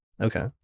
okay